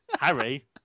Harry